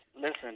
listen